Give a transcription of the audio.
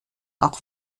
auch